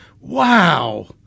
Wow